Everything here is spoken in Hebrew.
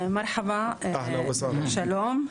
שלום,